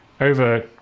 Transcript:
over